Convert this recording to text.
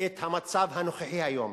את המצב הנוכחי היום